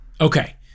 Okay